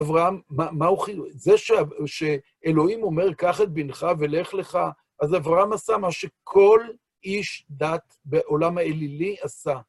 אברהם, זה שאלוהים אומר, קח את בנך ולך לך, אז אברהם עשה מה שכל איש דת בעולם האלילי עשה.